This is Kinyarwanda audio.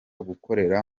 gukora